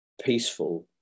peaceful